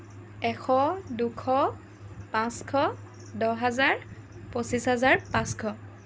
এশ দুশ পাঁচশ দহ হেজাৰ পঁচিছ হেজাৰ পাঁচশ